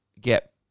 get